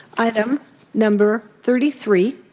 item number thirty three,